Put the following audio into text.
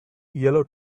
yellow